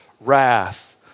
wrath